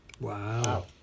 Wow